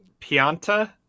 Pianta